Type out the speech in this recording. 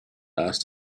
asked